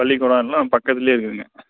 பள்ளிக்கூடம் எல்லாம் பக்கத்துலேயே இருக்குதுங்க